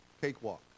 cakewalk